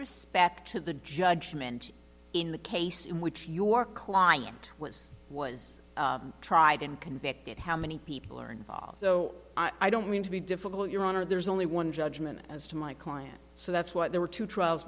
respect to the judgment in the case in which your client was was tried and convicted how many people earn so i don't mean to be difficult your honor there's only one judgment as to my client so that's what there were two trials